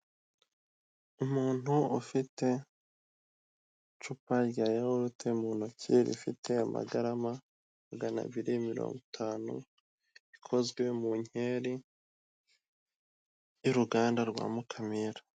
Umuntu ufite icupa rya yawurute mu ntoki rifite amagarama magana abiri mirongo itanu ikozwe mu nkeri y'uruganda rwa mukamira.